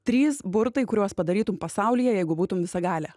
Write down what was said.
trys burtai kuriuos padarytum pasaulyje jeigu būtum visagalė